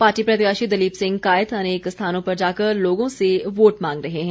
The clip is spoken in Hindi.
पार्टी प्रत्याशी दलीप सिंह कायथ अनेक स्थानों पर जाकर लोगों से वोट मांग रहे हैं